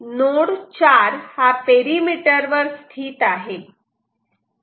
node 4 हा perimeter वर स्थित आहे